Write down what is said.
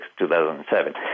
2007